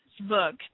book